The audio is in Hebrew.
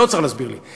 לא צריך להסביר לי.